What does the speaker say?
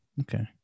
okay